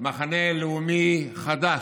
מחנה לאומי חדש,